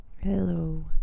hello